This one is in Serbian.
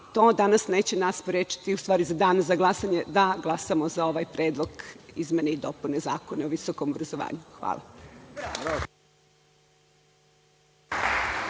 to danas nas neće sprečiti, u stvari u danu za glasanje da glasamo za ovaj Predlog izmena i dopuna Zakona o visokom obrazovanju. Hvala.